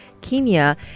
Kenya